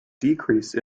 decrease